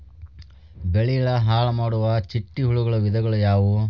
ಬೆಳೆನ ಹಾಳುಮಾಡುವ ಚಿಟ್ಟೆ ಹುಳುಗಳ ವಿಧಗಳು ಯಾವವು?